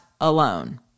alone